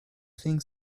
think